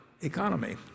Economy